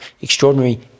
extraordinary